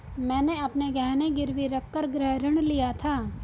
मैंने अपने गहने गिरवी रखकर गृह ऋण लिया था